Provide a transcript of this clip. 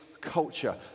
culture